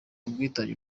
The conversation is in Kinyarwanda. ubwitange